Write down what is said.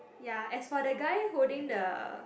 ya as for the guy holding the